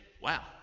Wow